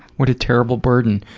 what a terrible burden.